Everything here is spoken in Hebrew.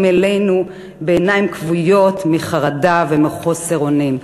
אלינו בעיניים כבויות מחרדה ומחוסר אונים.